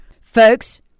Folks